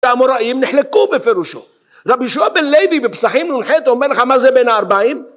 המוראים נחלקו בפירושו, רבי ישועה בן לוי בפסחים נ"ח אומר לך מה זה בין הארבעים?